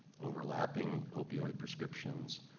overlapping opioid prescriptions,